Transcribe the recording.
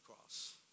cross